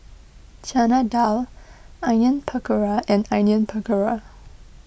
Chana Dal Onion Pakora and Onion Pakora